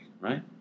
right